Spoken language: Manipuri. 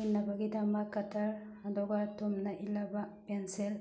ꯏꯠꯅꯕꯒꯤꯗꯃꯛ ꯀꯇꯔ ꯑꯗꯨꯒ ꯇꯨꯝꯅ ꯏꯠꯂꯕ ꯄꯦꯟꯁꯤꯜ